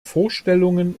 vorstellungen